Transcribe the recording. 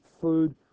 food